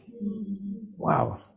Wow